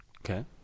Okay